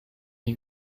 die